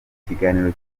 ikiganiro